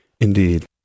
Indeed